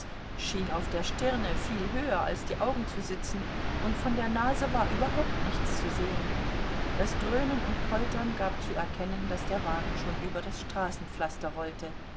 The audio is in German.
schien auf der stirne viel höher als die augen zu sitzen und von der nase war überhaupt nichts zu sehen das dröhnen und poltern gab zu erkennen daß der wagen schon über das straßenpflaster rollte